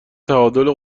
تعادل